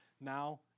now